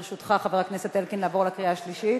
ברשותך, חבר הכנסת אלקין, נעבור לקריאה שלישית.